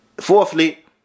Fourthly